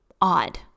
odd